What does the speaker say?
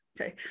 Okay